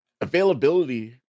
availability